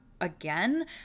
again